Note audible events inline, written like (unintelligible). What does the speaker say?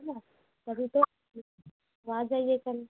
(unintelligible) तभी तो तो आ जाइए कल